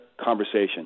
conversation